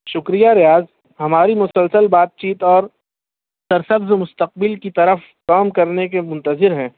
شکریہ ریاض ہماری مسلسل بات چیت اور سرسبز مستقبل کی طرف کام کرنے کے منتظر ہیں